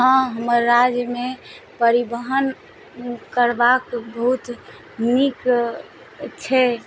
हँ हमर राज्यमे परिवहन करबाक बहुत नीक छै